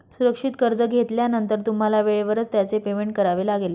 सुरक्षित कर्ज घेतल्यानंतर तुम्हाला वेळेवरच त्याचे पेमेंट करावे लागेल